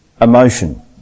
emotion